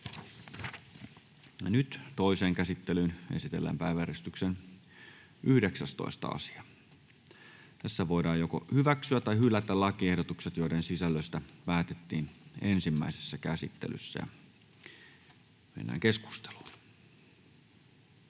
Toiseen käsittelyyn esitellään päiväjärjestyksen 13. asia. Nyt voidaan hyväksyä tai hylätä lakiehdotukset, joiden sisällöstä päätettiin ensimmäisessä käsittelyssä. — Edustaja